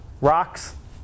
rocks